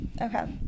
okay